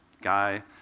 guy